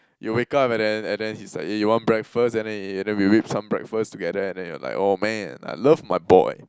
you wake up and then and then he's like eh you want breakfast and then eh and then we whip some breakfast together and then you're like oh man I love my boy